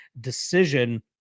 decision